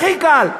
הכי קל.